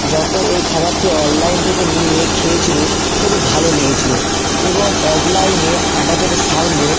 যত এই খবারটি অনলাইন থেকে নিয়ে খেয়েছিলো খুবই ভালো লেগেছিলো এবং অফলাইনে আমাদের সামনে